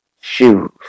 Shoes